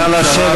נא לשבת,